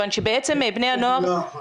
ברשותך, עוד מילה אחת.